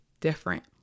different